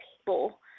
people